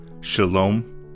Shalom